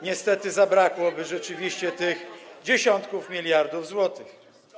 niestety zabraknie rzeczywiście tych dziesiątków miliardów złotych.